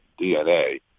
DNA